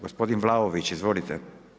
Gospodin Vlaović, izvolite.